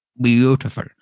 Beautiful